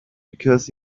because